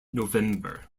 november